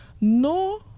no